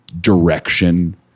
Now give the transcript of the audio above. direction